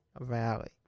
Valley